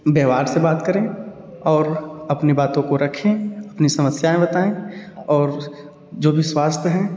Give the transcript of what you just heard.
व्यवहार से बात करें और अपने बातों को रखें अपनी समस्याएँ बताएँ और जो भी स्वास्थ्य हैं